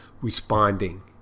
responding